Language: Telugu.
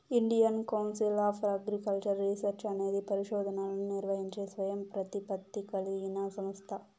Indian Council of Agricultural Research అనేది పరిశోధనలను నిర్వహించే స్వయం ప్రతిపత్తి కలిగిన సంస్థ